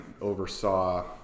oversaw